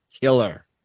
killer